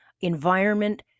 environment